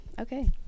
Okay